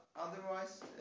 Otherwise